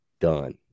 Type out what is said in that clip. done